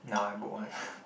now I book one